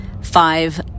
five